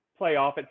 playoff